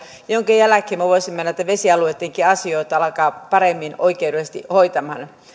minkä jälkeen me voisimme näitä vesialueittenkin asioita alkaa paremmin oikeudellisesti hoitamaan